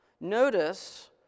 Notice